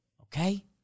Okay